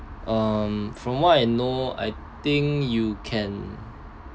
um from what I know I think you can